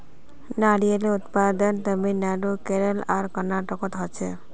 नारियलेर उत्पादन तामिलनाडू केरल आर कर्नाटकोत होछे